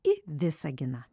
į visaginą